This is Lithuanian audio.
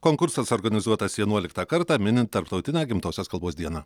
konkursas organizuotas vienuoliktą kartą minint tarptautinę gimtosios kalbos diena